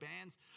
bands